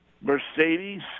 Mercedes